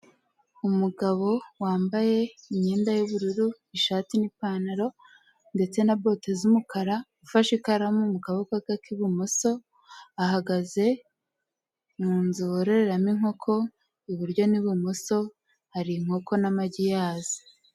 Umugabo wambaye imyenda y'ubururu ishati n'ipantaro ndetse na bote z'umukara, ufashe ikaramu mu kaboko ke k'ibumoso ahagaze mu nzu bororeramo inkoko, iburyo n'ibumoso hari inkoko n'amagi yazo.